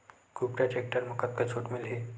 कुबटा टेक्टर म कतका छूट मिलही?